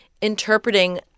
interpreting